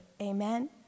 Amen